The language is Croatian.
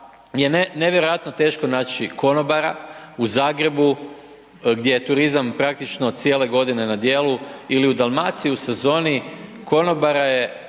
je nevjerojatno teško naći konobara u Zagrebu gdje je turizam praktično cijele godine na djelu ili u Dalmaciji u sezoni, konobara je